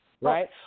Right